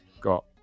got